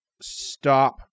stop